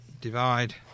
divide